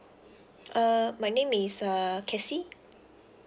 uh my name is uh casey